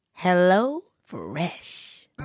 HelloFresh